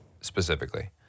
specifically